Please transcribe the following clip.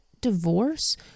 divorce